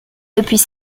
depuis